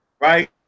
right